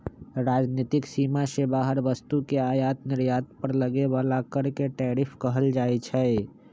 राजनीतिक सीमा से बाहर वस्तु के आयात निर्यात पर लगे बला कर के टैरिफ कहल जाइ छइ